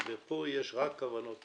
פה יש רק כוונות טובות,